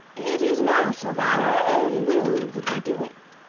it is not of our own will that we do it,